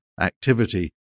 activity